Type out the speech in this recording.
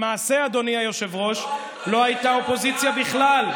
למעשה, אדוני היושב-ראש, לא הייתה אופוזיציה בכלל.